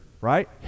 right